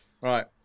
Right